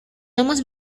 hemos